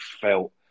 felt